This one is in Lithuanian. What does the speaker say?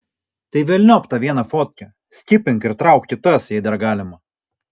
tai velniop tą vieną fotkę skipink ir trauk kitas jei dar galima